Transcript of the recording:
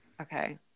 Okay